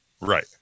right